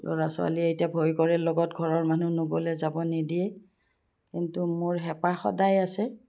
ল'ৰা ছোৱালীয়ে এতিয়া ভয় কৰে লগত ঘৰৰ মানুহ নগ'লে যাব নিদিয়ে কিন্তু মোৰ হেঁপাহ সদায় আছে